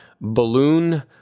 Balloon